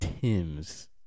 Tim's